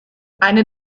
eine